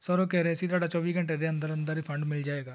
sir ਉਹ ਕਹਿ ਰਹੇ ਸੀ ਤੁਹਾਡਾ ਚੌਵੀ ਘੰਟੇ ਦੇ ਅੰਦਰ ਅੰਦਰ ਰਿਫੰਡ ਮਿਲ ਜਾਵੇਗਾ